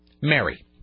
Mary